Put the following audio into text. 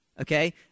Okay